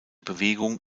bewegung